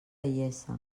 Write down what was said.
iessa